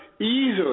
easily